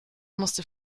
musste